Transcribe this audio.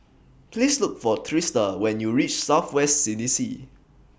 Please Look For Trista when YOU REACH South West C D C